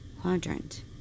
quadrant